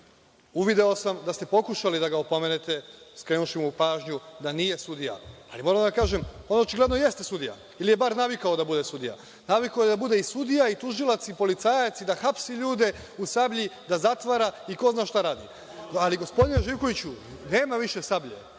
Uvideo sam da ste pokušali da ga opomenete, skrenuvši mu pažnju da nije sudija, ali moram da vam kažem, on očigledno jeste sudija, ili je bar navikao da bude i sudija, navikao je da bude i sudija i tužilac i policajac i da hapsi ljude u „Sablji“, da zatvara i ko zna šta radi. Ali, gospodine Živkoviću, nema više „Sablje“,